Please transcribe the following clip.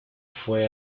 fue